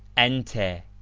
enter